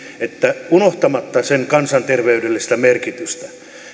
että unohtamatta sen kansanterveydellistä merkitystä